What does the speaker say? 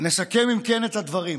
נסכם אם כן את הדברים.